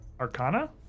Arcana